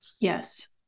Yes